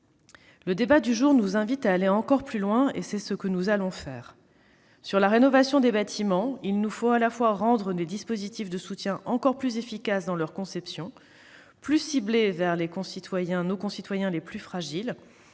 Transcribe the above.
Le débat d'aujourd'hui nous invite à aller encore plus loin. C'est ce que nous allons faire. Sur la rénovation des bâtiments, il nous faut à la fois rendre nos dispositifs de soutien encore plus efficaces dans leur conception et plus ciblés vers nos concitoyens les plus fragiles,